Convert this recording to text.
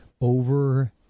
over